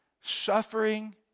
Suffering